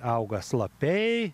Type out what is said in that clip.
auga slapiai